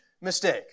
mistake